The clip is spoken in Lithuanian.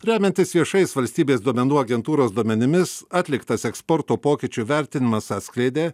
remiantis viešais valstybės duomenų agentūros duomenimis atliktas eksporto pokyčių vertinimas atskleidė